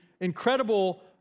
incredible